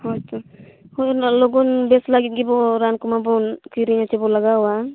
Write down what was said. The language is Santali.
ᱦᱳᱭ ᱛᱚ ᱦᱳᱭ ᱩᱱᱟᱹᱜ ᱞᱚᱜᱚᱱ ᱵᱮᱥ ᱞᱟᱹᱜᱤᱫ ᱜᱮᱵᱚ ᱨᱟᱱ ᱠᱚᱢᱟᱵᱚᱱ ᱠᱤᱨᱤᱧᱼᱟ ᱥᱮᱵᱚ ᱞᱟᱜᱟᱣᱟ